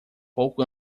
pouco